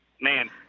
man